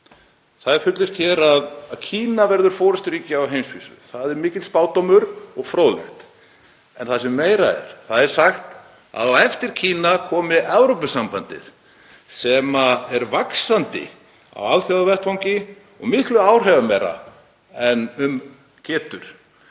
það er fullyrt hér að Kína verði forysturíki á heimsvísu. Það er mikill spádómur og fróðlegt en það sem meira er þá er sagt að á eftir Kína komi Evrópusambandið, sem er vaxandi á alþjóðavettvangi og miklu áhrifameira en um getur.